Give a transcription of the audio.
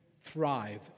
thrive